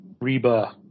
Reba